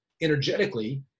energetically